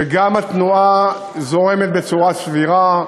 וגם התנועה זורמת בצורה סבירה.